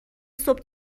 صبح